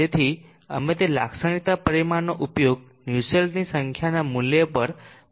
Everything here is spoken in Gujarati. તેથી અમે તે લાક્ષણિકતા પરિમાણનો ઉપયોગ નુસેલ્ટની સંખ્યાના મૂલ્ય પર પહોંચવા માટે કરીશું